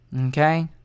okay